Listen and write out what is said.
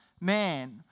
man